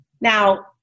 Now